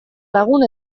lagun